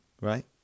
Right